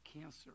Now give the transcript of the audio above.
cancer